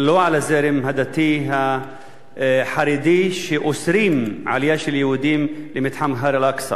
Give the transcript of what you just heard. לא על הזרם הדתי החרדי שאוסר עלייה של יהודים למתחם הר אל-אקצא.